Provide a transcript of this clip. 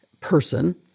person